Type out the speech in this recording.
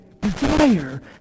desire